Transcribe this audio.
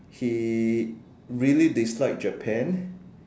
he really dislike Japan